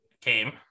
came